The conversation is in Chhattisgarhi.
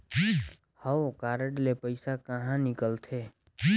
हव कारड ले पइसा कहा निकलथे?